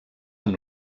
amb